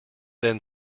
then